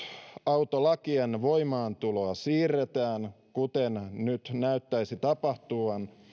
kevytautolakien voimaantuloa siirretään kuten nyt näyttäisi tapahtuvan